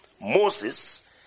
Moses